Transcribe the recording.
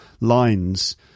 lines